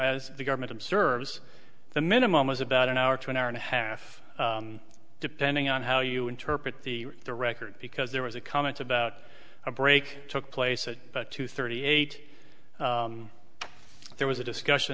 as the government observes the minimum is about an hour to an hour and a half depending on how you interpret the the record because there was a comment about a break took place at two thirty eight there was a discussion